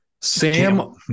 Sam